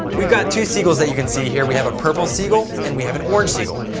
we've got two seagulls that you can see here we have a purple seagull and we have an orange seagull.